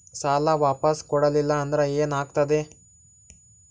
ಸಾಲ ವಾಪಸ್ ಕೊಡಲಿಲ್ಲ ಅಂದ್ರ ಏನ ಆಗ್ತದೆ?